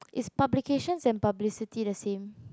is publication and publicity the same